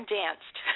danced